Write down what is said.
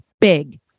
big